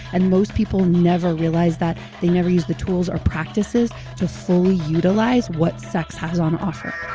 and most people never realize that, they never use the tools or practices to fully utilize what sex has on offer.